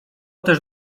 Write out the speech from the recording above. też